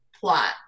plot